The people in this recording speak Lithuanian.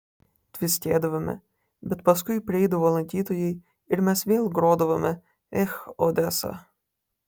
tviskėdavome bet paskui prieidavo lankytojai ir mes vėl grodavome ech odesa